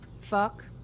Fuck